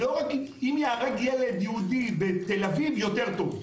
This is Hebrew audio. אם ייהרג ילד יהודי בתל-אביב - יותר טוב,